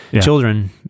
children